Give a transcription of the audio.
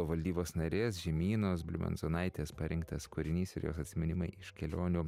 valdybos narės žemynos bliumenzonaitės parinktas kūrinys ir jos atsiminimai iš kelionių